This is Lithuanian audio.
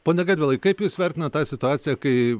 pone gedvilai kaip jūs vertinat tą situaciją kai